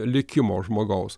likimo žmogaus